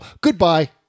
Goodbye